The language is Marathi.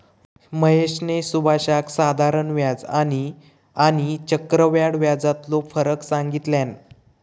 महेशने सुभाषका साधारण व्याज आणि आणि चक्रव्याढ व्याजातलो फरक सांगितल्यान